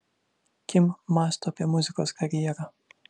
kim mąsto apie muzikos karjerą